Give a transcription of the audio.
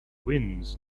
winds